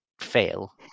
fail